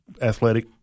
athletic